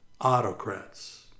autocrats